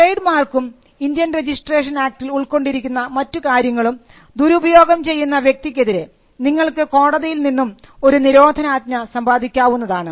trade മാർക്കും Indian registration ആക്ടിൽ ഉൾക്കൊണ്ടിരിക്കുന്ന മറ്റു കാര്യങ്ങളും ദുരുപയോഗം ചെയ്യുന്ന വ്യക്തിക്കെതിരെ നിങ്ങൾക്ക് കോടതിയിൽ നിന്നും ഒരു നിരോധനാജ്ഞ സമ്പാദിക്കാവുന്നതാണ്